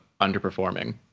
underperforming